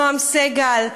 נעם סגל,